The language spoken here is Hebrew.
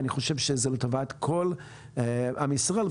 אני חושב שזה לטובת כל עם ישראל.